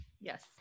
Yes